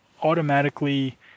automatically